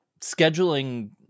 scheduling